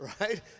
Right